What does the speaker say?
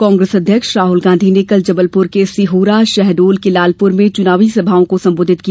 कांग्रेस अध्यक्ष राहुल गांधी ने कल जबलपुर के सिहोरा शहडोल के लालपुर में चुनावी सभाओं को संबोधित किया